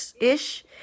ish